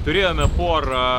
turėjome porą